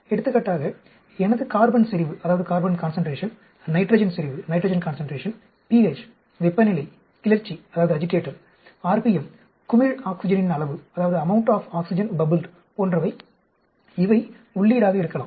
எடுத்துக்காட்டாக எனது கார்பன் செறிவு நைட்ரஜன் செறிவு pH வெப்பநிலை கிளர்ச்சி rpm குமிழ் ஆக்ஸிஜனின் அளவு போன்றவை இவை உள்ளீடாக இருக்கலாம்